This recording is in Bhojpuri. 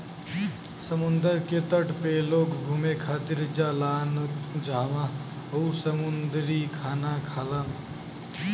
समुंदर के तट पे लोग घुमे खातिर जालान जहवाँ उ समुंदरी खाना खालन